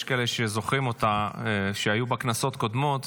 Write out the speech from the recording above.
יש כאלה שזוכרים אותה, שהיו בכנסות קודמות.